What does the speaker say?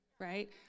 right